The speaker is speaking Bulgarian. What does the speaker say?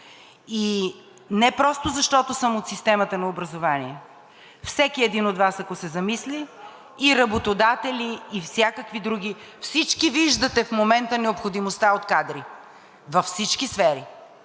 Не просто защото съм от системата на образованието, всеки един от Вас, ако се замисли, и работодатели, и всякакви други, всички виждате в момента необходимостта от кадри във всички сфери.